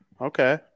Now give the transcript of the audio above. Okay